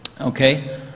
Okay